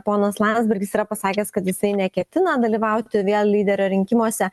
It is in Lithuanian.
ponas landsbergis yra pasakęs kad jisai neketina dalyvauti vėl lyderio rinkimuose